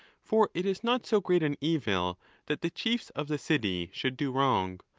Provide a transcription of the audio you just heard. for it is not so great an evil that the chiefs of the city should do wrong,